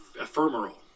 Ephemeral